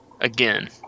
again